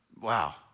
Wow